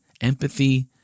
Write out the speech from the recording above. empathy